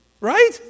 Right